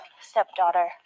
stepdaughter